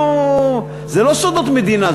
זה לא סודות מדינה.